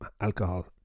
alcohol